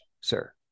sir